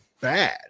bad